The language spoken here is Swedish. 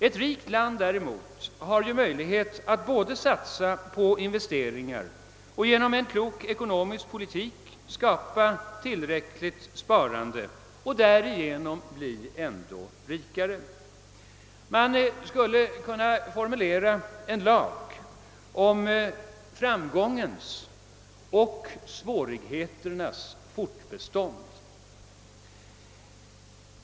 Ett rikt land däremot har ju möjlighet både att satsa på investeringar och att genom en klok ekonomisk politik skapa tillräckligt sparande och därigenom bli ännu rikare. Man skulle kunna formulera en lag om framgångens och svårigheternas fortbestånd.